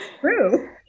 true